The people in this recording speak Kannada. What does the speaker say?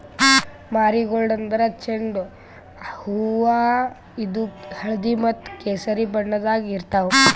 ಮಾರಿಗೋಲ್ಡ್ ಅಂದ್ರ ಚೆಂಡು ಹೂವಾ ಇದು ಹಳ್ದಿ ಮತ್ತ್ ಕೆಸರಿ ಬಣ್ಣದಾಗ್ ಇರ್ತವ್